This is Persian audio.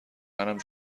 منم